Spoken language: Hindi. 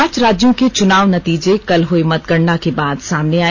पांच राज्यों के चुनाव नतीजे कल हुई मतगणना के बाद सामने आए